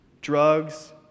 drugs